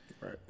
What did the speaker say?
Right